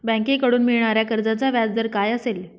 बँकेकडून मिळणाऱ्या कर्जाचा व्याजदर काय असेल?